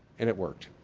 and it worked.